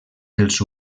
els